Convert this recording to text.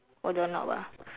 oh doorknob ah